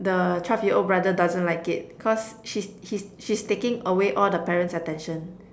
the twelve year old brother doesn't like it cause she's she's she's taking away all the parents' attention